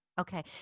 Okay